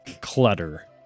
Clutter